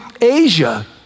Asia